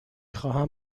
خواهم